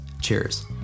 Cheers